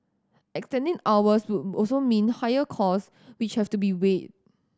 extending hours would also mean higher cost which have to be weighed